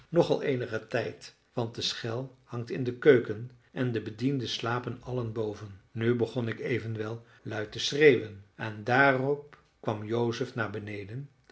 al eenigen tijd want de schel hangt in de keuken en de bedienden slapen allen boven nu begon ik evenwel luid te schreeuwen en daarop kwam joseph naar beneden